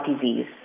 disease